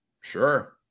Sure